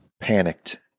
panicked